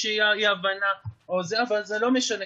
הודעה למזכירת הכנסת,